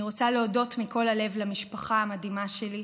אני רוצה להודות מכל הלב למשפחה המדהימה שלי,